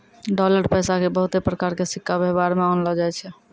dollar पैसा के बहुते प्रकार के सिक्का वेवहार मे आनलो जाय छै